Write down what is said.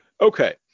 Okay